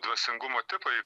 dvasingumo tipai